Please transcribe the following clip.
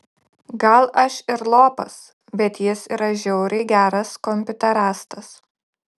gal aš ir lopas bet jis yra žiauriai geras kompiuterastas